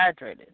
hydrated